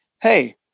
hey